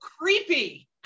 creepy